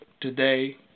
today